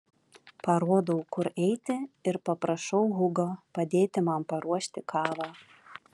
parodau kur eiti ir paprašau hugo padėti man paruošti kavą